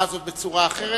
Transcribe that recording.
בצורה אחרת,